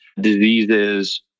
diseases